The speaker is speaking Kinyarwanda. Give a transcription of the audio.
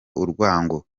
urwango